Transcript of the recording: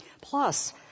Plus